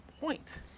point